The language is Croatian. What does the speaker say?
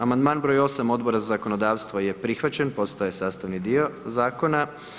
Amandman br. 8 Odbora za zakonodavstvo je prihvaćen, postaje sastavni dio zakona.